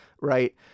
right